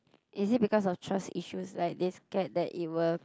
is it because of trust issues like they scared that it will